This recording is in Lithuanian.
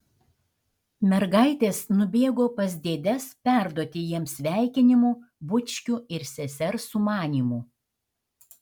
mergaitės nubėgo pas dėdes perduoti jiems sveikinimų bučkių ir sesers sumanymų